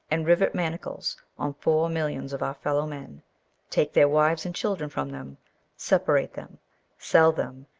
and rivet manacles on four millions of our fellowmen take their wives and children from them separate them sell them,